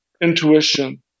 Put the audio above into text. intuition